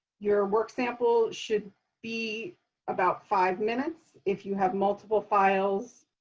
your work sample should be about five minutes. if you have multiple files,